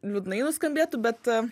liūdnai nuskambėtų bet